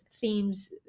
themes